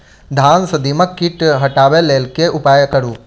धान सँ दीमक कीट हटाबै लेल केँ उपाय करु?